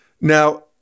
Now